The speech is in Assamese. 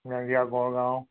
নাজিৰা গড়গাঁও